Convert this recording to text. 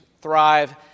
thrive